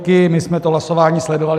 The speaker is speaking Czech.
My jsme to hlasování sledovali.